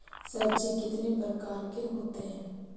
सब्जी कितने प्रकार के होते है?